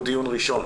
הוא דיון ראשון,